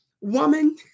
woman